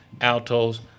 altos